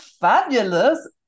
fabulous